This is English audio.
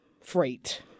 freight